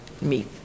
meet